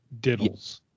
diddles